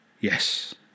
yes